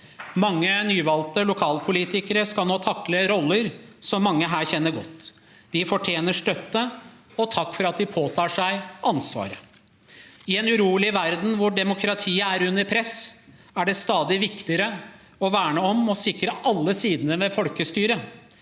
Mange nyvalgte lokalpolitikere skal nå takle roller som mange her kjenner godt. De fortjener støtte og takk for at de påtar seg ansvar. I en urolig verden hvor demokratiet er under press, er det stadig viktigere å verne om og sikre alle sidene ved folkestyret.